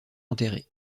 enterré